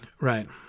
right